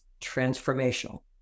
transformational